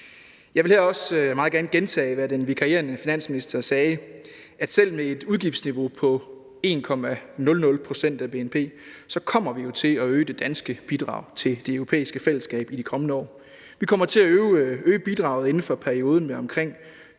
Jeg vil her også meget gerne gentage, hvad den vikarierende finansminister sagde, nemlig at selv med et udgiftsniveau på 1,00 pct. af bnp kommer vi jo til at øge det danske bidrag til det europæiske fællesskab i de kommende år. Vi kommer til at øge bidraget inden for perioden med omkring